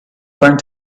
trying